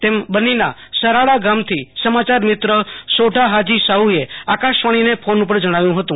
તેમ બન્નીના સરાડા ગામથી સમાચાર મિત્ર સોઢા હાજી શાહએ આકાશવાણીને ફોન પર જણાવ્યું હતું